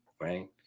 right